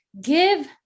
give